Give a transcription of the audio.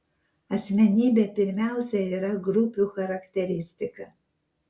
asmenybė pirmiausia yra grupių charakteristika